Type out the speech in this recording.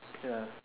ya